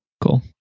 Cool